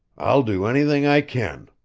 i'll do anything i can.